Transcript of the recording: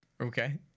Okay